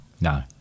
No